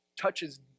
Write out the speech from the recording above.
touches